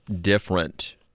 different